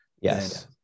Yes